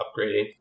upgrading